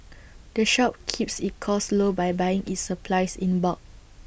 the shop keeps its costs low by buying its supplies in bulk